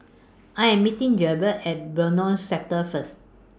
I Am meeting Jabari At Benoi Sector First